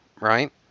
right